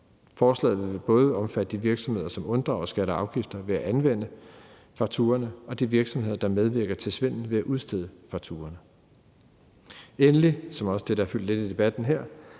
Forslaget vil både omfatte de virksomheder, som unddrager skatter og afgifter ved at anvende fakturaerne, og de virksomheder, der medvirker til svindel ved at udstede fakturaerne. Endelig foreslår vi, som det også har fyldt lidt i debatten her,